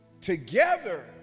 Together